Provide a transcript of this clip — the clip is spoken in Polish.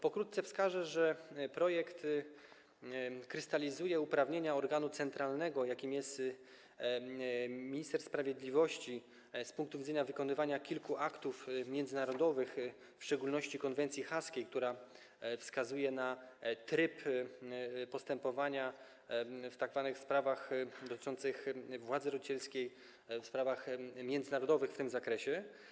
Pokrótce wskażę, że projekt krystalizuje uprawnienia organu centralnego, jakim jest minister sprawiedliwości, z punktu widzenia wykonywania kilku aktów międzynarodowych, w szczególności konwencji haskiej, która wskazuje na tryb postępowania w tzw. sprawach dotyczących władzy rodzicielskiej, w sprawach międzynarodowych w tym zakresie.